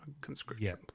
conscription